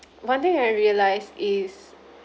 one thing I realise is